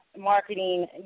marketing